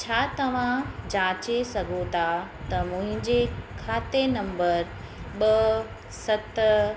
छा तव्हां जाचे सघो था त मुंहिंजे खाते नंबर ॿ सत